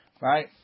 Right